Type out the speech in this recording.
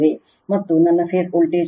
ಮತ್ತು ನನ್ನ phase voltage